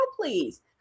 please